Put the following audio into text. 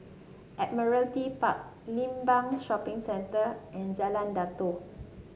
Admiralty Park Limbang Shopping Centre and Jalan Datoh